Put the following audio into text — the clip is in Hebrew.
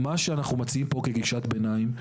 מה שאנחנו מציעים פה כגישת ביניים,